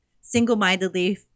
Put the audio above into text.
single-mindedly